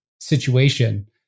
situation